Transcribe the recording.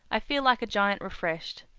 i feel like a giant refreshed.